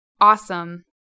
Awesome